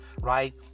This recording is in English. Right